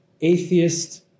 atheist